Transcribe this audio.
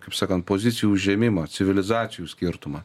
kaip sakant pozicijų užėmimą civilizacijų skirtumą